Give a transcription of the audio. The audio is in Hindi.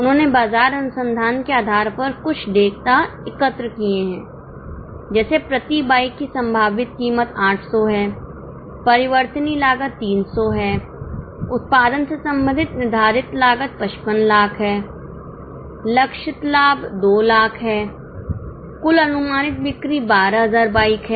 उन्होंने बाजार अनुसंधान के आधार पर कुछ डेटा एकत्र किए हैं जैसे प्रति बाइक की संभावित कीमत 800 है परिवर्तनीय लागत 300 है उत्पादन से संबंधित निर्धारित लागत 55 लाख है लक्ष्य लाभ 2 लाख है कुल अनुमानित बिक्री 12000 बाइक है